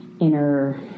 inner